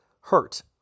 hurt